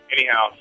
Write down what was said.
Anyhow